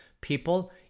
people